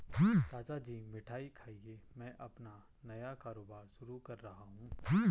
चाचा जी मिठाई खाइए मैं अपना नया कारोबार शुरू कर रहा हूं